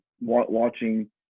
watching